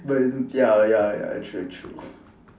but ya ya ya true true